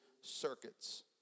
circuits